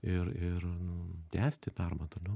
ir ir nu tęsti darbą toliau